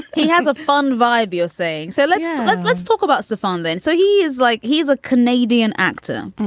he has a fun vibe you're saying. so let's let's let's talk about the so fun then so he is like he's a canadian actor.